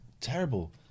terrible